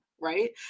right